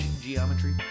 geometry